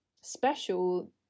special